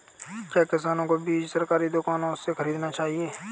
क्या किसानों को बीज सरकारी दुकानों से खरीदना चाहिए?